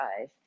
eyes